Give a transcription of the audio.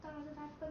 当然